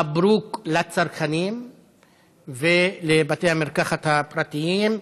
מברוכ לצרכנים ולבתי המרקחת הפרטיים.